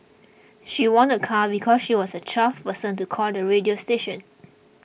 she won a car because she was the twelfth person to call the radio station